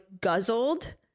guzzled